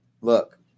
Look